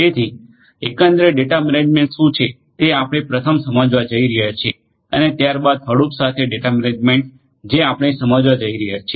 જેથી એકંદરે data management શું છે તે આપણે પ્રથમ સમજવા જઈ રહ્યા છીએ અને ત્યારબાદ હડુપ સાથે ડેટા મેનેજમેન્ટ જે આપણે સમજવા જઈ રહ્યા છીએ